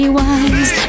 wise